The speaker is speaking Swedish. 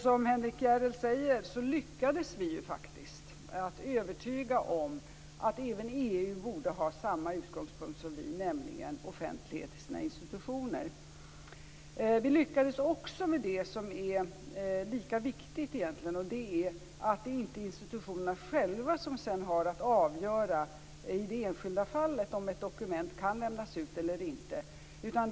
Som Henrik Järrel säger, lyckades vi faktiskt att övertyga om att även EU borde ha samma utgångspunkt som vi, nämligen offentlighet i sina institutioner. Vi lyckades också med något som egentligen är lika viktigt, nämligen att det inte är institutionerna själva som sedan har att avgöra i det enskilda fallet om ett dokument kan lämnas ut eller inte.